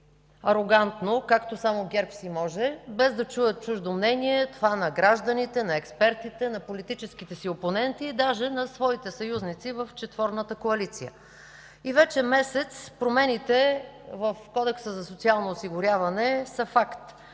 арогантно, както само ГЕРБ си може, без да чуе чуждо мнение – на гражданите, експертите, политическите си опоненти, дори на своите съюзници в четворната коалиция. Вече месец промените в Кодекса за социално осигуряване са факт.